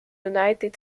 united